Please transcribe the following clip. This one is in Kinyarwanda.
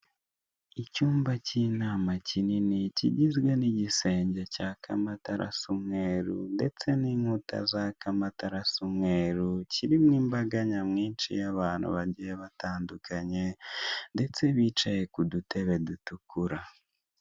Icyumba k' inama kinini kigizwe n' igisenge cyaka amatara asa umweru ndetse n' inkuta zaka amatara asa umweru kirimo imbaga nyamwinshi y' abantu bagiye batandukanye ndetse bicaye ku dutebe dutukura.